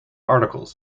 articles